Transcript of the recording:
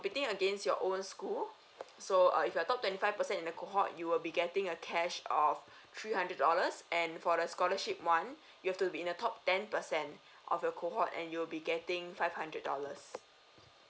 ting against your own school so err if I top twenty five percent in the cohort you will be getting a cash of three hundred dollars and for the scholarship one you have to be in the top ten percent of your cohort and you will be getting five hundred dollars